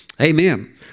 Amen